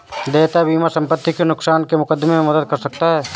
देयता बीमा संपत्ति के नुकसान के मुकदमे में मदद कर सकता है